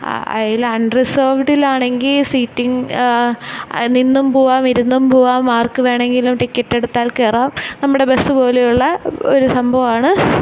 ആ അതില് അൺറിസേർവ്ഡിലാണെങ്കില് സീറ്റിങ് നിന്നും പോകാം ഇരുന്നും പോകാം ആർക്ക് വേണമെങ്കിലും ടിക്കറ്റെടുത്താൽ കയറാം നമ്മുടെ ബസ്സ് പോലെയുള്ള ഒരു സംഭവമാണ്